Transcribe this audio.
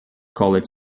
college